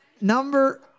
number